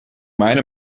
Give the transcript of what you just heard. meine